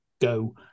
go